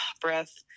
breath